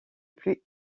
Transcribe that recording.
plus